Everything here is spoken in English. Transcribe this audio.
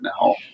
now